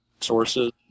sources